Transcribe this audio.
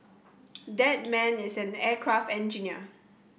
that man is an aircraft engineer